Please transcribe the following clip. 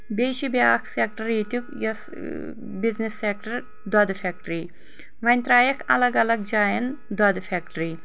بییٚہِ چھِ بیاکھ سیٚکٹر ییٚتیُک یۄس بِزنِس سیٚکٹر دۄدٕچ فیکٹری وۄنۍ ترایکھ الگ الگ جاین دۄدٕ فیٚکٹری